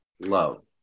Love